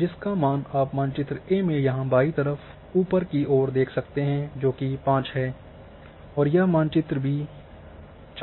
जिसका मान आप मानचित्र ए में यहाँ बायीं तरफ़ ऊपर की ओर देख सकते हैं जोकि 5 है और यह मानचित्र B 4